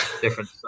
different